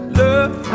love